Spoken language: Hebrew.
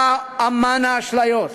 אתה אמן האשליות.